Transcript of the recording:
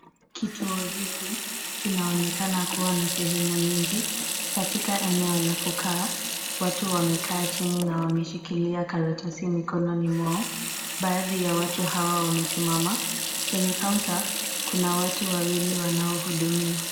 Kituo hiki kinaonekana kuwa na sehemu nyingi. Katika eneo la kukaa, watu wamekaa chini na wameshikilia karatasi mikononi mwao. Baadhi ya watu hawa wamesimama. Kwenye kaunta, kuna watu wawili wanaohudumiwa.